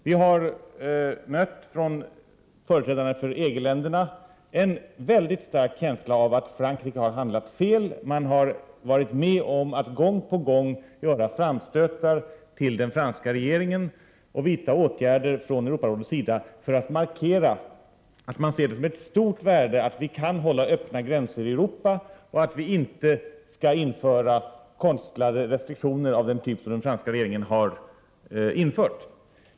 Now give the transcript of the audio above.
Vi har från företrädare för EG-länderna mött uttryck för en stark känsla av att Frankrike har handlat fel. Man har varit med om att gång på gång göra framstötar till den franska regeringen, och man har vidtagit åtgärder från Europarådets sida för att markera att man ser ett stort värde i att vi kan hålla öppna gränser i Europa och att vi inte skall införa konstlade restriktioner av den typ som den franska regeringen har infört.